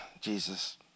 Jesus